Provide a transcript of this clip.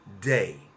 day